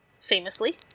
famously